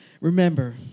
Remember